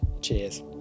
cheers